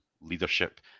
leadership